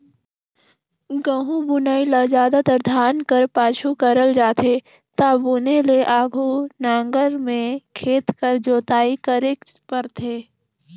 गहूँ बुनई ल जादातर धान कर पाछू करल जाथे ता बुने ले आघु नांगर में खेत कर जोताई करेक परथे